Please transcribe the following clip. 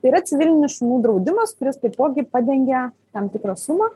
yra civilinis šunų draudimas kuris taipogi padengia tam tikrą sumą